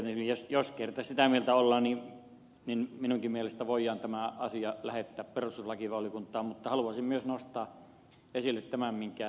tietenkin jos kerta sitä mieltä ollaan minunkin mielestäni voidaan tämä asia lähettää perustuslakivaliokuntaan mutta haluaisin myös nostaa esille tämän minkä ed